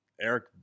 Eric